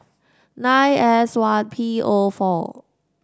nine S one P O four